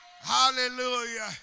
Hallelujah